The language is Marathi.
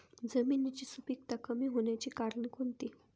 जमिनीची सुपिकता कमी होण्याची कारणे कोणती?